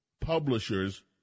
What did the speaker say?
publishers